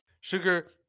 Sugar